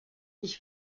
ich